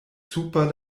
super